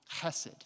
chesed